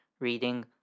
reading